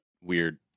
weird